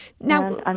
Now